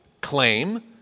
claim